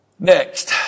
Next